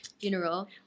funeral